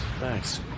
Thanks